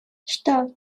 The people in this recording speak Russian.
что